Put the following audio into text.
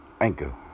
Anchor